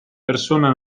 persona